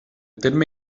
terme